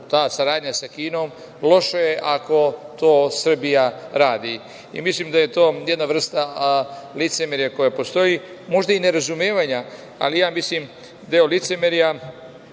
ta saradnja sa Kinom, loše je ako to Srbija radi. Mislim da je to jedna vrsta licemerja koje postoji, možda i nerazumevanja, ali mislim deo licemerja